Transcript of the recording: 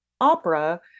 opera